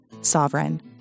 Sovereign